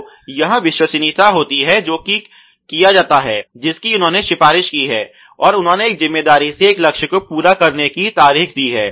तो यह यह विश्वसनीयता होती है जो कि किया जाता है जिसकी उन्होंने सिफारिश की है और उन्होंने एक जिम्मेदारी से एक लक्ष्य को पूरा करने की तारीख दी है